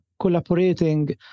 collaborating